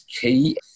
key